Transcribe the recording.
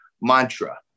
mantra